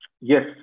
yes